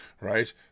right